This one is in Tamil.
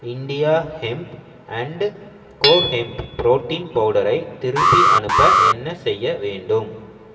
India hemp and co hemp protein பவுடரை திருப்பி அனுப்ப என்ன செய்ய வேண்டும்